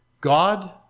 God